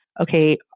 okay